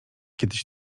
kiedyś